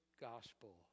gospel